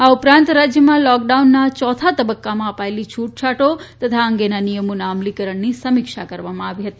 આ ઉપરાંત રાજ્યમાં લૉકડાઉનના યોથા તબક્કામાં અપાયેલી છૂટછાટો તથા આ અંગેના નિયમોના અમલીકરણની સમીક્ષા કરવામાં આવી હતી